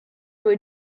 would